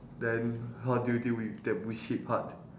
then how do you deal with that bullshit part